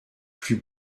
plus